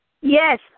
Yes